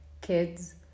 kids